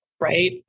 right